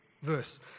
verse